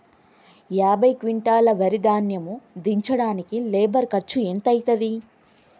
యాభై క్వింటాల్ వరి ధాన్యము దించడానికి లేబర్ ఖర్చు ఎంత అయితది?